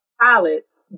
pilots